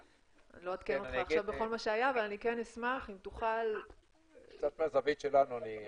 לא אעדכן אותך עכשיו בכל מה שהיה אבל אשמח אם תוכל מהזווית שלכם.